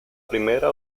primera